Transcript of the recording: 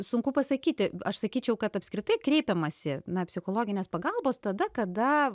sunku pasakyti aš sakyčiau kad apskritai kreipiamasi ne psichologinės pagalbos tada kada